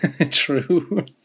true